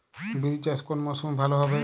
বিরি চাষ কোন মরশুমে ভালো হবে?